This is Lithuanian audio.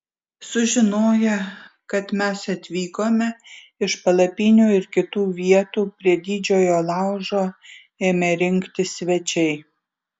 sužinoję kad mes atvykome iš palapinių ir kitų vietų prie didžiojo laužo ėmė rinktis svečiai